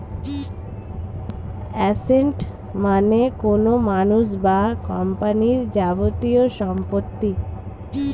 asset মানে কোনো মানুষ বা কোম্পানির যাবতীয় সম্পত্তি